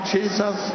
Jesus